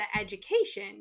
education